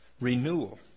Renewal